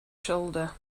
shoulder